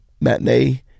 matinee